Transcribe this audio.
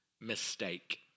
mistake